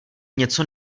něco